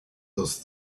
those